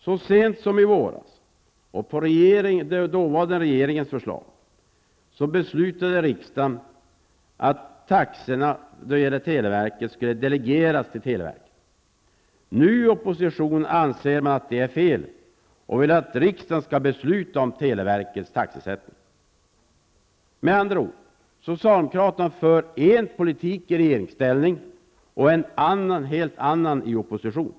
Så sent som i våras och i regeringsställning ansåg socialdemokraterna att taxebesluten skulle delegeras till televerket. Nu i opposition anser man att detta är fel och vill att riksdagen skall besluta om televerkets taxesättning. Med andra ord: socialdemokraterna för en politik i regeringsställning och en helt annan i opposition.